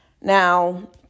Now